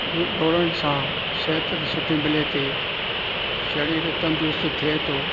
the ॾोड़ण सां सिहत त सुठी मिले थी शरीर तंदुरुस्त थिए थो